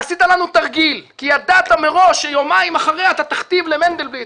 עשית לנו תרגיל כי ידעת מראש שיומיים אחרי אתה תכתיב למנדלבליט